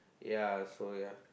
ya so ya